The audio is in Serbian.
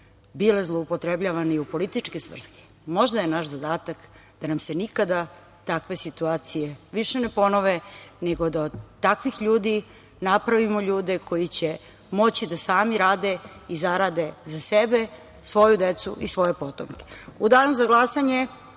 bile zloupotrebljavane i u političke svrhe. Možda je naš zadatak da nam se nikada takve situacije više ne ponove, nego da od takvih ljudi napravimo ljude koji će moći da same rade i zarade za sebe, svoju dece i svoje potomke.U danu za glasanje